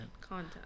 Content